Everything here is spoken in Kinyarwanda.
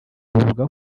bavuga